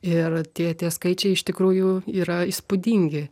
ir tie tie skaičiai iš tikrųjų yra įspūdingi